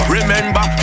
Remember